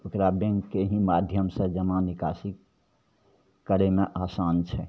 ओकरा बैँकके ही माध्यमसे जमा निकासी करैमे आसान छै